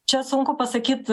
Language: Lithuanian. čia sunku pasakyt